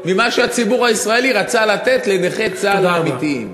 ממה שהציבור הישראלי רצה לתת לנכי צה"ל האמיתיים.